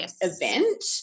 event